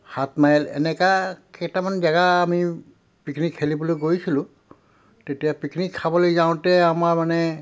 সাতমাইল এনেকুৱা কেইটামান জেগা আমি পিকনিক খেলিবলৈ গৈছিলো তেতিয়া পিকনিক খাবলৈ যাওঁতে আমাৰ মানে